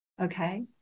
Okay